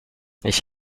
ich